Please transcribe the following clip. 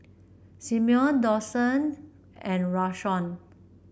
Simeon Dawson and Rashawn